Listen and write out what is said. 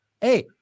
hey